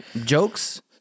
jokes